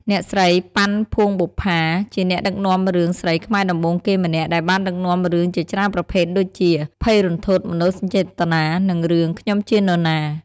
អ្នកស្រី ប៉ាន់ ភួងបុប្ផា ជាអ្នកដឹកនាំរឿងស្រីខ្មែរដំបូងគេម្នាក់ ដែលបានដឹកនាំរឿងជាច្រើនប្រភេទដូចជា ភ័យរន្ធត់ មនោសញ្ចេតនា និងរឿង "ខ្ញុំជានណា?"។